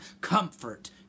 comfort